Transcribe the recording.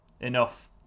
enough